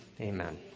amen